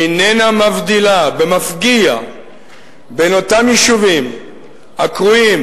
איננה מבדילה במפגיע בין אותם יישובים הקרויים